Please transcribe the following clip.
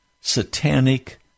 satanic